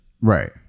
Right